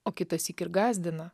o kitąsyk ir gąsdina